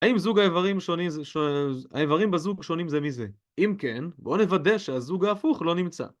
האם זוג האיברים... האם האיברים בזוג שונים זה מזה? אם כן בואו נוודא שהזוג ההפוך לא נמצא